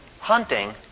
hunting